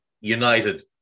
United